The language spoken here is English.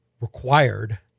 required